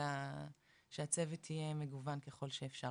אלא שהצוות יהיה מגוון ככל שאפשר.